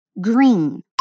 Green